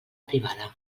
privada